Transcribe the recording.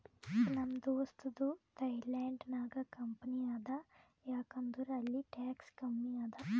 ನಮ್ ದೋಸ್ತದು ಥೈಲ್ಯಾಂಡ್ ನಾಗ್ ಕಂಪನಿ ಅದಾ ಯಾಕ್ ಅಂದುರ್ ಅಲ್ಲಿ ಟ್ಯಾಕ್ಸ್ ಕಮ್ಮಿ ಅದಾ